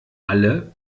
alle